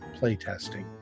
playtesting